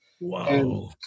Wow